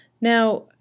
Now